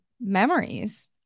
memories